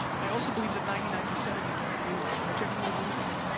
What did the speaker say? i also believe that ninety nine percent of you don't agree with me. and i genuinely believe that,